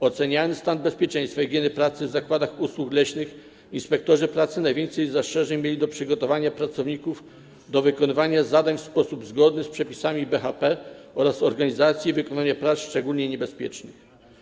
Oceniając stan bezpieczeństwa i higieny pracy w zakładach usług leśnych, inspektorzy pracy najwięcej zastrzeżeń mieli do przygotowania pracowników do wykonywania zadań w sposób zgodny z przepisami BHP oraz organizacji i wykonania prac szczególnie niebezpiecznych.